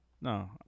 No